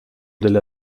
delle